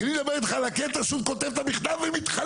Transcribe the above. כי אני מדבר איתך על הקטע שהוא כותב את המכתב ומתחלל,